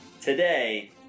today